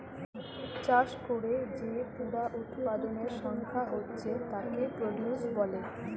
চাষ কোরে যে পুরা উৎপাদনের সংখ্যা হচ্ছে তাকে প্রডিউস বলে